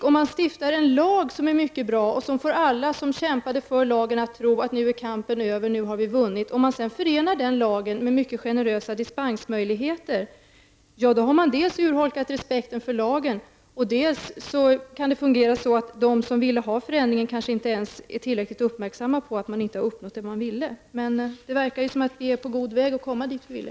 Om man stiftar en mycket bra lag, som får alla som kämpade för denna lag att tro att kampen avslutats med seger, och om man sedan förenar den här lagen med mycket generösa dispensmöjligheter, finns det en risk dels för att man har urholkat respekten för lagen, dels för att de som har kämpat för lagen inte är tillräckligt uppmärksamma på att de egentligen inte har uppnått sitt mål. Men nu förefaller det som att vi är på god väg att nå dit vi ville.